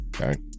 Okay